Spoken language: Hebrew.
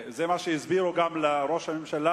וזה גם מה שהסבירו בארצות-הברית לראש הממשלה.